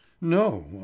No